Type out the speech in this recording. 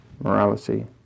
morality